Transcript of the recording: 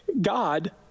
God